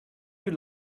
you